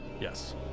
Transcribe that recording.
Yes